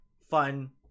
fun